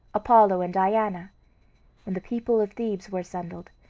apollo and diana when the people of thebes were assembled,